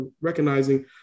recognizing